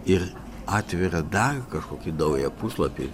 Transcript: ir atveria dar kažkokį naują puslapį